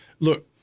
Look